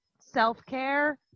self-care